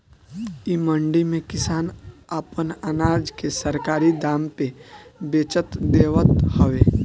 इ मंडी में किसान आपन अनाज के सरकारी दाम पे बचत देवत हवे